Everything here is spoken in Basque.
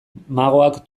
magoak